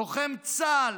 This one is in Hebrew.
לוחם בצה"ל